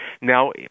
Now